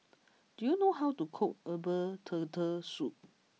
do you know how to cook Herbal Turtle Soup